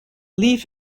leaf